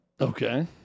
Okay